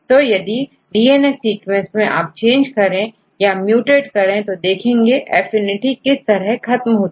तो यदि DNA sequence में आप चेंज करें या म्यूटएट करें तो देखेंगे एफिनिटी किस तरह से खत्म होती है